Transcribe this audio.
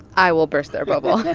i will burst their bubble